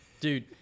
dude